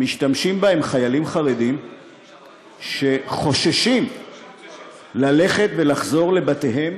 המשתמשים בה הם חיילים חרדים שחוששים לחזור לבתיהם